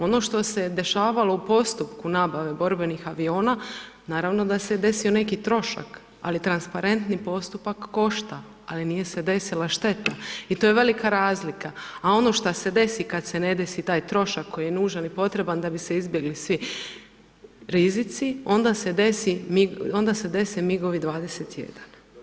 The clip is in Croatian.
Ono što se dešavalo u postupku nabave borbenih aviona, naravno da se je desio neki trošak, ali transparentni postupak košta, ali nije se desila šteta i to je velika razlika, a ono šta se desi kad se ne desi taj trošak koji je nužan i potreban da bi se izbjegli svi rizici, onda se desi, onda se dese migovi 21.